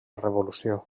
revolució